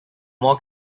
more